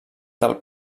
del